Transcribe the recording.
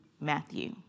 Matthew